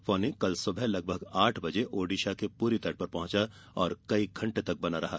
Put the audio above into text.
फोनी कल सुबह लगभग आठ बजे ओडिशा के पुरी तट पर पहुंचा और कई घंटे तक बना रहा